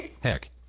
Heck